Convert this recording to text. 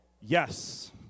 Yes